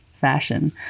fashion